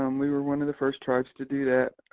um we were one of the first tribes to do that